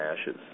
ashes